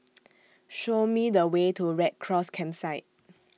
Show Me The Way to Red Cross Campsite